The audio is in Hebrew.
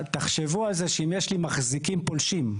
תחשבו על זה שאם יש לי מחזיקים פולשים.